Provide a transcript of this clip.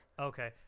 Okay